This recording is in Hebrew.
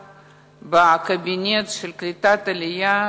בקבינט של קליטת העלייה,